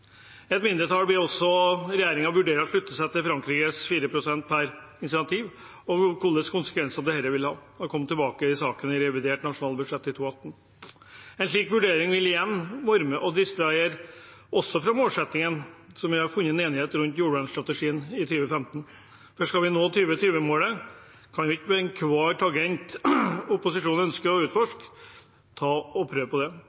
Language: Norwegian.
Et mindretall ber også regjeringen vurdere å slutte seg til Frankrikes «4 per 1000-initiativ» og hvilke konsekvenser det vil ha, og komme tilbake til saken i revidert nasjonalbudsjett i 2018. En slik vurdering vil igjen være med og distrahere oss fra målsettingen om jordvernstrategien som vi har funnet enighet rundt i jordvernstrategien fra 2015. Skal vi nå 2020-målet, kan vi ikke følge hver tangent som opposisjonen ønsker å